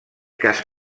cas